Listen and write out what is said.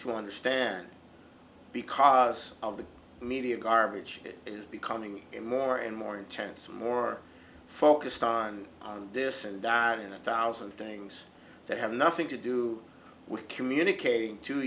to understand because of the media garbage is becoming more and more intense and more focused on this and that in a thousand things that have nothing to do with communicating to